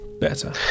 Better